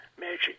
magic